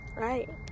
Right